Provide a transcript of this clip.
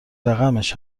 رقمش